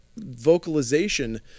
vocalization